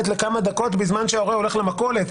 לכמה דקות בזמן שההורה הולך למכולת.